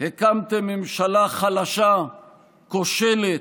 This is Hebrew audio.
הקמתם ממשלה חלשה, כושלת,